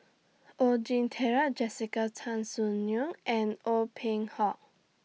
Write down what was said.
Oon Jin Jessica Tan Soon Neo and Ong Peng Hock